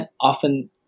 often